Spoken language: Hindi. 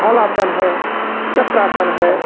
हडासन है चक्रासन है